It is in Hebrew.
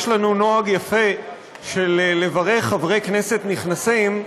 יש לנו נוהג יפה של לברך חברי כנסת נכנסים,